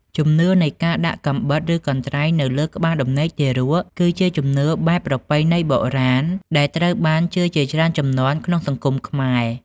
ជំនឿនៃការដាក់ កំបិតឬកន្ត្រៃនៅក្បាលដំណេកទារក គឺជាជំនឿបែបប្រពៃណីបុរាណដែលត្រូវបានជឿជាច្រើនជំនាន់ក្នុងសង្គមខ្មែរ។